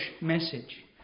message